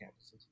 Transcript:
campuses